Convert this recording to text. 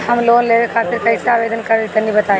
हम लोन लेवे खातिर कइसे आवेदन करी तनि बताईं?